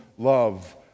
Love